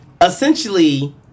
essentially